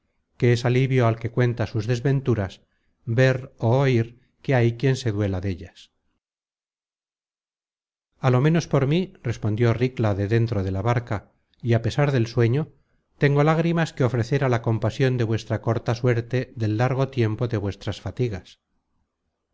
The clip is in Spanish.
que es alivio al que cuenta sus desventuras ver ó oir que hay quien se duela dellas a lo menos por mí respondió ricla de dentro de la barca y a pesar del sueño tengo lágrimas que ofrecer á la compasion de vuestra corta suerte del largo tiempo de vuestras fatigas